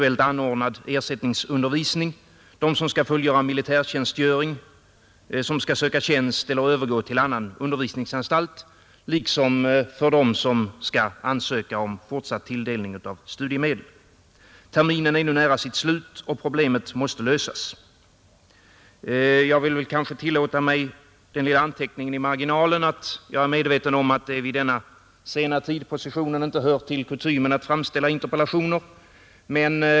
UKÄ har inte givit besked om hur ersättningsundervisningen skall ordnas och finansieras, Någon som helst lösning på de praktikarbetandes, förvärvsarbetandes eller till andra läroanstalter sökandes problem i sammanhanget har inte anvisats. UKÄ har vidare meddelat att ”skälig” hänsyn skall tas i samband med den individuella prövningen av studiemedelsansökningar från dem som blivit försenade i studiegången genom avbrottet. Detta svävande och godtyckliga besked är djupt otillfredsställande gentemot en kategori som kollektivt och utan egen förskyllan försatts i ett besvärligt läge. Terminen är nu nära sitt slut. Problemet måste lösas. Jag vill tillåta mig den lilla anmärkningen i marginalen, att jag är medveten om att det vid denna sena tidpunkt på sessionen inte är kutym att framställa interpellationer.